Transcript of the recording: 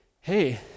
hey